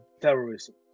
terrorism